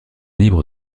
libre